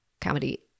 comedy